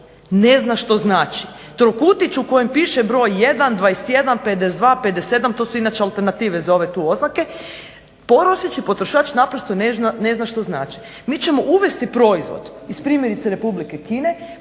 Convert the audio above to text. ne zna što znači. Trokutić u kojem piše broj 1, 21, 52, 57, to su inače alternative za ove tu oznake, prosječni potrošač naprosto ne zna što znači. Mi ćemo uvesti proizvod iz primjerice Republike Kine,